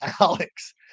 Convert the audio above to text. Alex